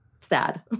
sad